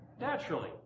Naturally